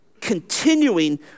continuing